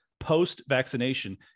post-vaccination